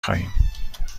خواهیم